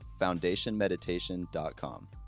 foundationmeditation.com